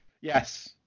Yes